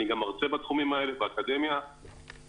אני גם מרצה בתחומים האלה באקדמיה אבל